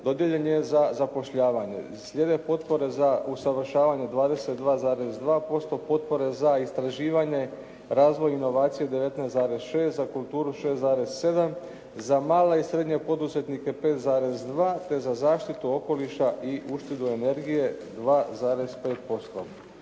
dodijeljen je za zapošljavanje. Slijede potpore za usavršavanje 22,2%, potpore za istraživanje, razvoj i inovacije 19,6, za kulturu 6,7, za mala i srednje poduzetnike 5,2 te za zaštitu okoliša i uštedu energije 2,5%.